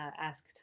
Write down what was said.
asked